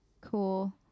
cool